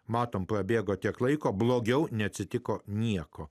matome prabėgo tiek laiko blogiau neatsitiko nieko